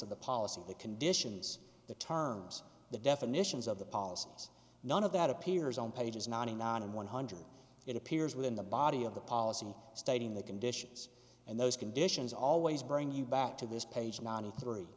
of the policy the conditions the terms the definitions of the policies none of that appears on pages ninety nine and one hundred it appears within the body of the policy stating the conditions and those conditions always bring you back to this page ninety three